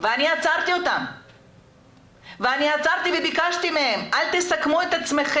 ואני עצרתי אותם וביקשתי מהם שלא יסכנו את עצמם